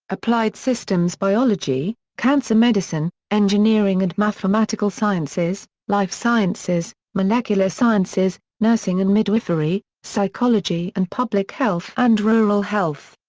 applied systems biology, cancer medicine, engineering and mathematical sciences, life sciences, molecular sciences, nursing and midwifery, psychology and public health and rural health.